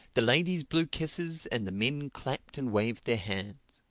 the ladies blew kisses and the men clapped and waved their hats.